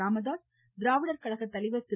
ராமதாஸ் திராவிட கழகத்தலைவர் திரு